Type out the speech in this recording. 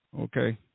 Okay